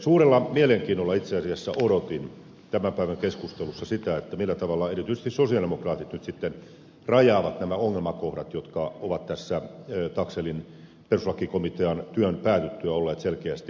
suurella mielenkiinnolla itse asiassa odotin tämän päivän keskustelussa sitä millä tavalla erityisesti sosialidemokraatit nyt sitten rajaavat nämä ongelmakohdat jotka ovat tässä taxellin perustuslakikomitean työn päätyttyä olleet selkeästi ilmassa